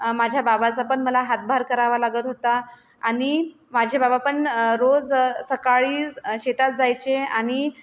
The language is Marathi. माझ्या बाबाचा पण मला हातभार करावा लागत होता आणि माझे बाबा पण रोज सकाळी शेतात जायचे आणि